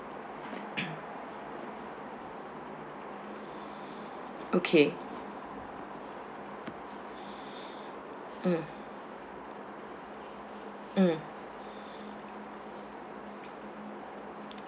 okay mm mm